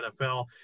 NFL